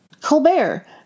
Colbert